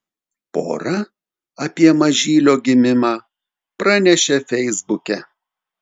pora apie mažylio gimimą pranešė feisbuke